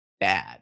bad